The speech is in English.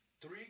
Three